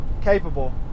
capable